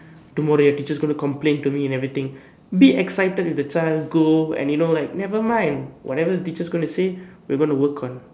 tomorrow your teacher is going to complain to me and everything be excited with the child go and you know nevermind whatever your teacher is gonna say we gonna work on